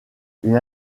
une